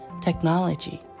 technology